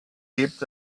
gibt